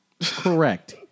Correct